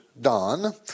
Don